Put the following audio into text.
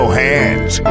hands